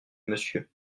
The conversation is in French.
monsieur